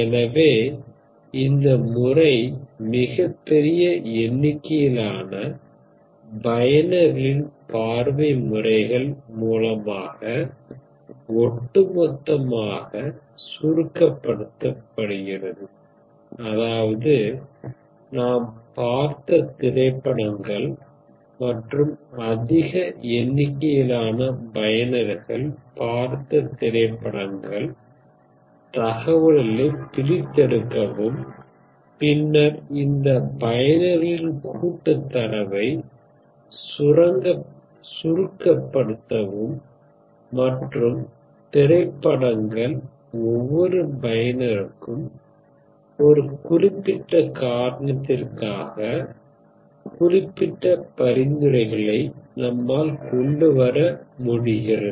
எனவே இந்த முறை மிகப் பெரிய எண்ணிக்கையிலான பயனர்களின் பார்வை முறைகள் மூலமாக ஒட்டுமொத்தமாகச் சுரங்கப்படுத்துகிறது அதாவது நாம் பார்த்த திரைப்படங்கள் மற்றும் அதிக எண்ணிக்கையிலான பயனர்கள் பார்த்த திரைப்படங்கள் தகவல்களைப் பிரித்தெடுக்கவும் பின்னர் இந்த பயனர்களின் கூட்டுத் தரவைச் சுரங்கப்படுத்தவும் மற்றும் திரைப்படங்கள் ஒவ்வொரு பயனருக்கும் ஒரு குறிப்பிட்ட காரணத்திற்காக குறிப்பிட்ட பரிந்துரைகளை நம்மால் கொண்டு வர முடிகிறது